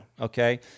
okay